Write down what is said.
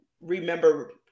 remember